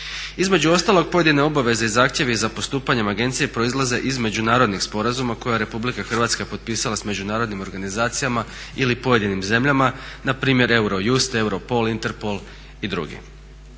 Između ostalog pojedine obaveze i zahtjevi za postupanjem agencije proizlaze iz međunarodnih sporazuma koje je Republika Hrvatska potpisala s međunarodnim organizacijama ili pojedinim zemljama. Npr. Eurojust, Europol, Interpol i drugi.